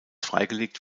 freigelegt